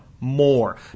More